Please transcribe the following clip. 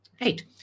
Right